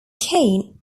cain